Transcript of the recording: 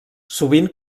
sovint